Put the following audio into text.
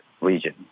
region